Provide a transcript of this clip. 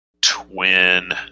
twin